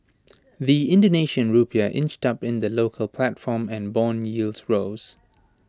the Indonesian Rupiah inched up in the local platform and Bond yields rose